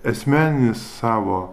esmeninį savo